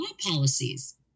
policies